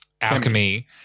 Alchemy